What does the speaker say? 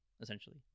essentially